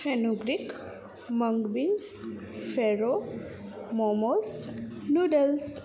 ફેરો મોમોસ નુડલ્સ